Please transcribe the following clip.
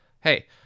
hey—